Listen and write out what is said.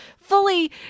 fully